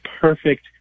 perfect